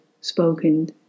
spoken